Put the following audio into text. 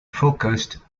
focused